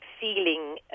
feeling